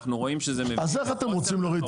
אנחנו רואים שזה מביא לחוסר תחרות.